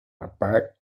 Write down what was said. apart